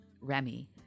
Remy